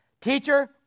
Teacher